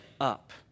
up